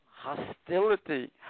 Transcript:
hostility